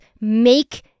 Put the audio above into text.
make